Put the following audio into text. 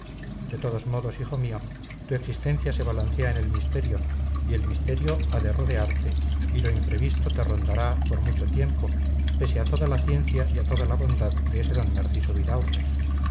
de todos modos hijo mío tu existencia se balancea en el misterio y el misterio ha de rodearte y lo imprevisto te rondará por mucho tiempo pese a toda la ciencia y a toda la bondad de ese d narciso vidaurre